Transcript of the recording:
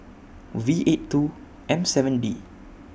V eight two M seven D